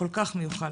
הכל כך מיוחל.